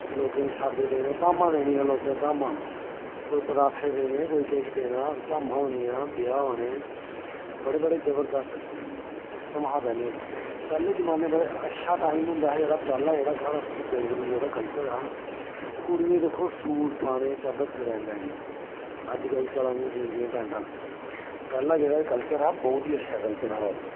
लोकें गी साद्दे देने ताम्मां देनियां लोकें गी ताम्मां कोई पतासे देने कोई किश देना ताम्मां होनियां ब्याह् होने बड़े बड़े जबरदस्त सिस्टम हा पैह्ले पैह्ले जमाने च बड़ा अच्छा टाइम होंदा हा पैह्ला जेह्ड़ा साढ़ा डोगरी कल्चर हा कुड़ियें दिक्खो सूट पाने चादर सिरा पर लैनी अज्जकल चला दियां जीन दियां पैंटा पैह्ला जेह्ड़ा कल्चर हा बहोत ही अच्छा कल्चर हा